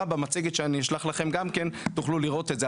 במצגת שאני אשלח לכם גם כן תוכלו לראות את זה.